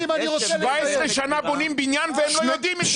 17 שנה בונים בניין והם לא יודעים מזה בכלל.